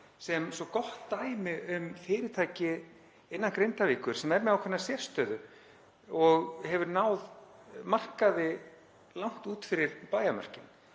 sem svo gott dæmi um fyrirtæki innan Grindavíkur sem er með ákveðna sérstöðu og hefur náð markaði langt út fyrir bæjarmörkin.